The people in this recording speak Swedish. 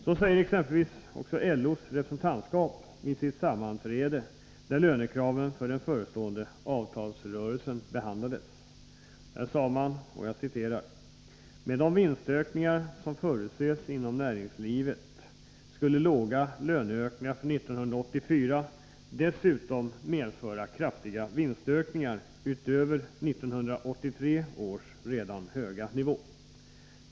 Så sade exempelvis LO:s representantskap vid sitt sammanträde, där lönekraven i den förestående avtalsrörelsen behandlades: ”Med de vinstökningar som förutses inom näringslivet skulle låga löneökningar för 1984 dessutom medföra kraftiga vinstökningar utöver 1983 års redan höga nivå.